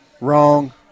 Wrong